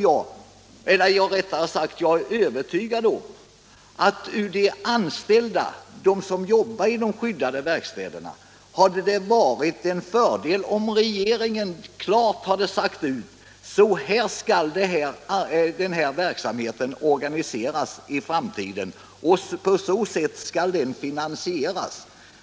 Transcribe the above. Jag är övertygad om att det för dem som jobbar på de skyddade verkstäderna hade varit en fördel om riksdagen klart sagt ut hur verksamheten skall organiseras och finansieras i framtiden.